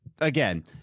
again